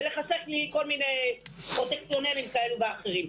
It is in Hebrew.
ולחסן לי כל מיני פרוטקציונרים כאלה ואחרים.